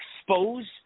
expose